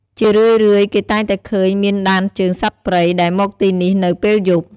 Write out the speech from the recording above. ជារឿយៗគេតែងតែឃើញមានដានជើងសត្វព្រៃ ដែលមកទីនេះនៅពេលយប់។